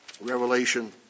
Revelation